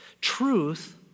Truth